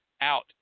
out